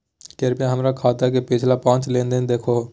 कृपया हमर खाता के पिछला पांच लेनदेन देखाहो